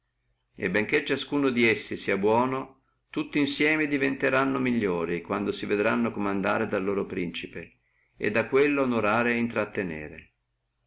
e benché ciascuno di essi sia buono tutti insieme diventeranno migliori quando si vedranno comandare dal loro principe e da quello onorare et intrattenere